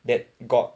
that got